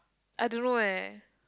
I don't know eh